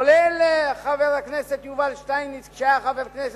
כולל השר יובל שטייניץ כשהיה חבר כנסת,